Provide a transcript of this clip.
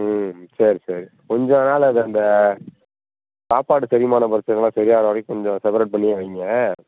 ம் சரி சரி கொஞ்சம் நாள் அதை அந்த சாப்பாடு செரிமான பிரச்சனைலாம் சரியாகிற வரைக்கும் கொஞ்சம் செப்பரேட் பண்ணியே வைங்க